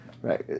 right